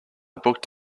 booked